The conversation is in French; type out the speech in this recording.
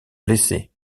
blessés